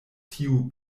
tiu